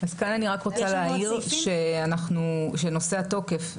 אז כאן אני רק רוצה להעיר שנושא התוקף,